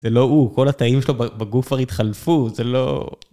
זה לא הוא, כל התאים שלו ב... בגוף כבר התחלפו, זה לא...